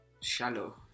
shallow